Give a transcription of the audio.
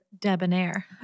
debonair